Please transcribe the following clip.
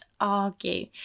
argue